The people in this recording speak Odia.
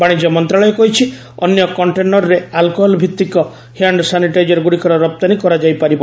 ବାଣିଜ୍ୟ ମନ୍ତ୍ରଣାଳୟ କହିଛି ଅନ୍ୟ କଂଟେନର୍ରେ ଆଲ୍କୋହଲ୍ଭିତିକ ହ୍ୟାଣ୍ଡ୍ ସାନିଟାଇଜର୍ଗ୍ରଡ଼ିକର ରପ୍ତାନୀ କରାଯାଇପାରିବ